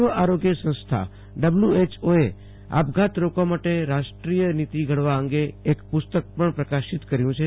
વિશ્વ આરોગ્ય સંસ્થા ડબલ્યુ એચ ઓ એ આપઘાત રોકવા માટે રાષ્ટ્રિય નીતિ ઘડવા અગે એક પ્રસ્તક પણ પ્રકાશિત કર્યું છે